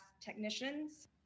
technicians